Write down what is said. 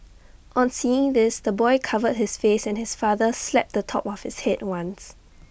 on seeing this the boy covered his face and his father slapped the top of his Head once